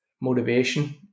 motivation